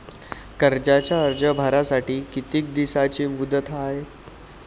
कर्जाचा अर्ज भरासाठी किती दिसाची मुदत हाय?